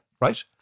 right